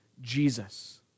Jesus